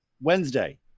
Wednesday